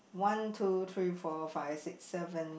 one two three four five six seven